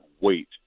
wait